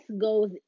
goes